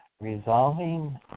Resolving